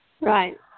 Right